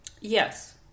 Yes